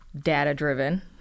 data-driven